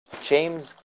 James